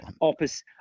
opposite